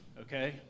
okay